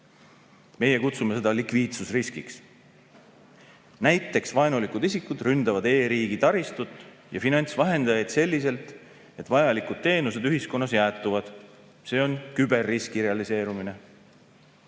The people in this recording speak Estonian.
Meie kutsume seda likviidsusriskiks. Näiteks vaenulikud isikud ründavad e-riigi taristut ja finantsvahendajaid selliselt, et vajalikud teenused ühiskonnas jäätuvad. See on küberriski realiseerumine.